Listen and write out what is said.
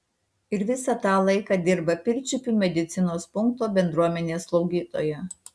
ir visą tą laiką dirba pirčiupių medicinos punkto bendruomenės slaugytoja